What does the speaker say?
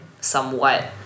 somewhat